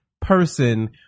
person